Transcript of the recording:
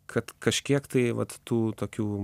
kad kažkiek tai vat tų tokių